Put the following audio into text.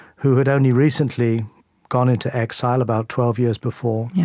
who had only recently gone into exile, about twelve years before.